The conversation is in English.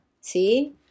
see